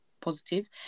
positive